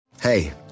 Hey